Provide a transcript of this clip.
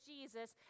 Jesus